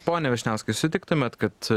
pone vyšniauskai sutiktumėt kad